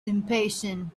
impatient